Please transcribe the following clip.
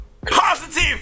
positive